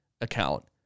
account